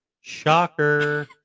Shocker